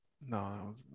No